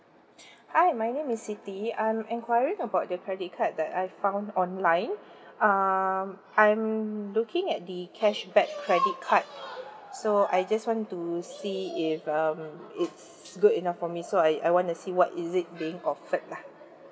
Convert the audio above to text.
hi my name is siti I'm enquiring about the credit card that I've found online um I'm looking at the cashback credit card so I just want to see if um it's good enough for me so I I wanna see what is it being offered lah